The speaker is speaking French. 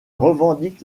revendique